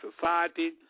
society